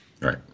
Right